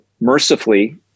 mercifully